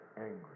angry